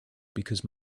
because